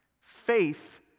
Faith